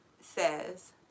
says